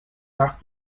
nach